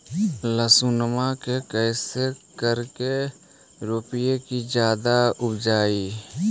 लहसूनमा के कैसे करके रोपीय की जादा उपजई?